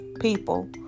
people